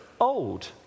old